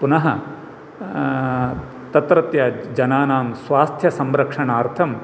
पुनः तत्रत्यजनानां स्वास्थ्यसंरक्षणार्थं